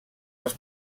els